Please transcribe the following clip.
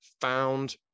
found